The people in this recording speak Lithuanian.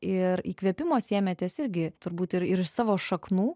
ir įkvėpimo semiatės irgi turbūt ir iš savo šaknų